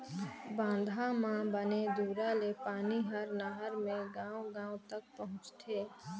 बांधा म बने दूरा ले पानी हर नहर मे गांव गांव तक पहुंचथे